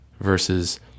versus